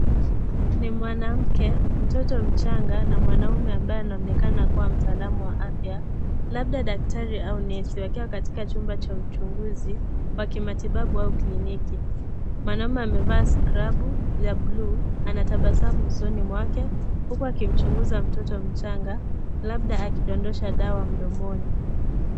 Ni mwanamke, mtoto mchanga na mwanaume ambaye anaonekana kua mtaalamu wa afya. Labda daktari au Nesi wakiwa katika chumba cha uchunguzi wa kimatibabu au kliniki. Mwanaume amevaa skrabu ya bluu, anatabasamu usoni mwake, huku akimchunguza mtoto mchanga, labda akidondosha dawa mdomoni.